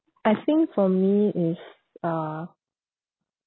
I think for me is uh